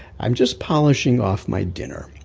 i'm just polishing off my dinner,